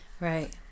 right